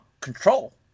control